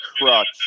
crutch